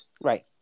right